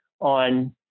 on